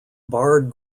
barred